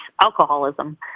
alcoholism